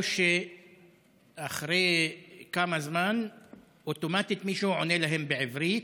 או שאחרי כמה זמן אוטומטית מישהו עונה להם בעברית,